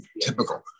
typical